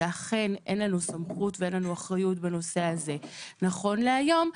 שאכן אין לנו סמכות ואחריות בנושא הזה נכון להיום,